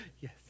Yes